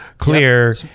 Clear